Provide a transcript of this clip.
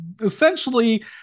essentially